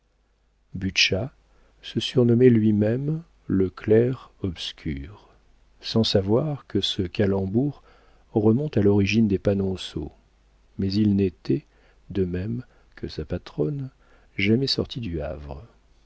se surnommait lui-même le clerc obscur sans savoir que ce calembour remonte à l'origine des panonceaux mais il n'était de même que sa patronne jamais sorti du havre